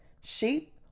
sheep